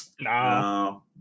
No